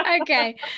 Okay